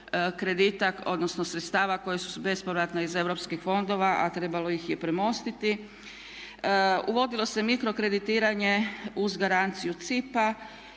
kredita, odnosno sredstava koja su bespovratna iz europskih fondova a trebalo ih je premostiti. Uvodilo se mikrokreditiranje uz garanciju CIP-a,